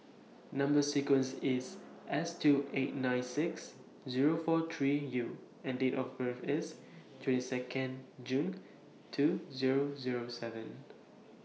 Number sequence IS S two eight nine six Zero four three U and Date of birth IS twenty Second June two Zero Zero seven